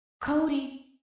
Cody